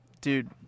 Dude